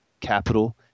capital